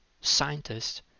Scientists